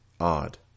Odd